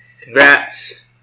Congrats